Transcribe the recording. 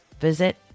visit